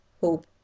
hope